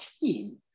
team